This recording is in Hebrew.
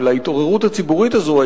של ההתעוררות הציבורית הזו,